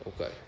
Okay